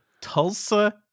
Tulsa